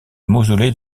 mausolée